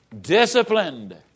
disciplined